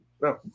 No